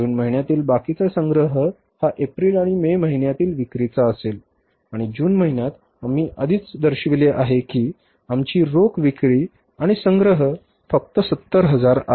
जून महिन्यातील बाकीचा संग्रह हा एप्रिल आणि मे महिन्यातील विक्री चा असेल आणि जून महिन्यात आम्ही आधीच दर्शविले आहे की आमची रोख विक्री आणि संग्रह फक्त 70000 आहे